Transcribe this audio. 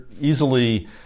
easily